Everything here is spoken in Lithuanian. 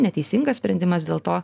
neteisingas sprendimas dėl to